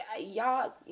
y'all